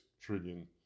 trillion